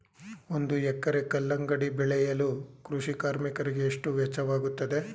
ಒಂದು ಎಕರೆ ಕಲ್ಲಂಗಡಿ ಬೆಳೆಯಲು ಕೃಷಿ ಕಾರ್ಮಿಕರಿಗೆ ಎಷ್ಟು ವೆಚ್ಚವಾಗುತ್ತದೆ?